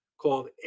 called